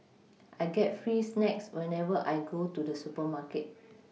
I get free snacks whenever I go to the supermarket